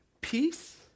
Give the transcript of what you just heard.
peace